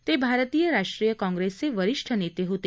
ते भारतीय राष्ट्रीय काँप्रेसचे वरिष्ठ नेते होते